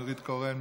נורית קורן,